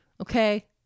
Okay